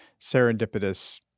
serendipitous